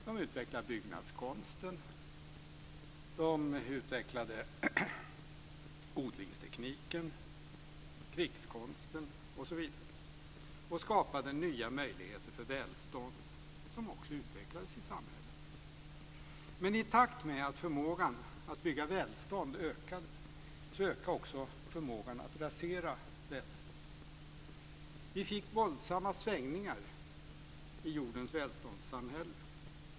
De utvecklade byggnadskonsten, odlingstekniken, krigskonsten, osv. och skapade nya möjligheter för välstånd som också utvecklades i samhällena. Men i takt med att förmågan att bygga välstånd ökade ökade också förmågan att rasera välstånd. Vi fick våldsamma svängningar i jordens välståndssamhälle.